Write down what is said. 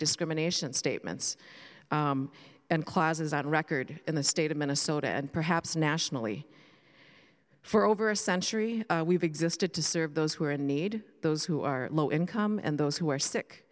discrimination statements and classes on record in the state of minnesota and perhaps nationally for over a century we've existed to serve those who are in need those who are low income and those who are sick